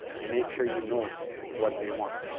make sure you know what they want.